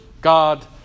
God